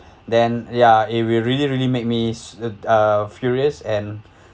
then ya it will really really make me s~ uh furious and